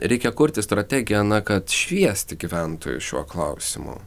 reikia kurti strategiją na kad šviesti gyventojus šiuo klausimu